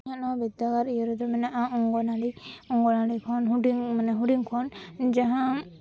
ᱤᱧᱟᱹᱜ ᱱᱚᱣᱟ ᱵᱤᱫᱽᱫᱟᱹᱜᱟᱲ ᱤᱭᱟᱹ ᱨᱮᱫᱚ ᱢᱮᱱᱟᱜᱼᱟ ᱚᱝᱜᱚᱱᱣᱟᱲᱤ ᱚᱝᱜᱚᱱᱟᱣᱲᱤ ᱠᱷᱚᱱ ᱢᱟᱱᱮ ᱦᱩᱰᱤᱧ ᱠᱷᱚᱱ ᱡᱟᱦᱟᱸ